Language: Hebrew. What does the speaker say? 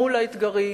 מול האתגרים